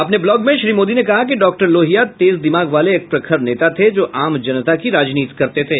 अपने ब्लॉग में श्री मोदी ने कहा कि डॉक्टर लोहिया तेज दिमाग वाले एक प्रखर नेता थे जो आम जनता की राजनीति करते थे